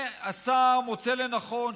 השר לא מוצא לנכון,